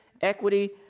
equity